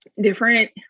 different